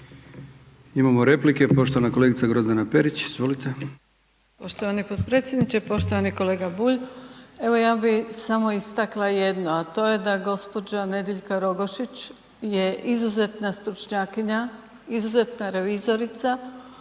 (HDZ)** Poštovani potpredsjedniče. Poštovani kolega Bulj. Evo ja bih samo istakla jedno, a to je da gđa. Nediljka Rogošić je izuzetna stručnjakinja, izuzetna revizorica,